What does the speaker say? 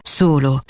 solo